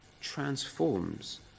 transforms